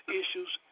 issues